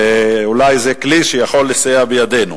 אולי זה כלי שיכול לסייע בידינו.